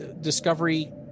Discovery